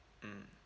mm